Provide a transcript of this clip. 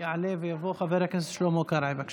יעלה ויבוא חבר הכנסת שלמה קרעי, בבקשה.